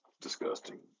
Disgusting